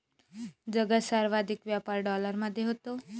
जगात सर्वाधिक व्यापार डॉलरमध्ये होतो